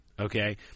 Okay